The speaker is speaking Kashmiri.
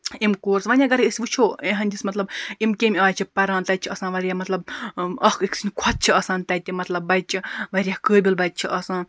یِم کورس وۄنۍ اَگَرے أسۍ وٕچھو یِہنٛدِس مَطلَب یِم کمہِ آیہِ چھِ پَران تَتہِ چھ آسان واریاہ مَطلَب اکھ أکۍ سٕنٛد کھۄتہٕ چھ آسان مَطلَب بَچہِ واریاہ قٲبِل بَچہٕ چھِ آسان